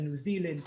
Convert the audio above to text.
בניו זילנד,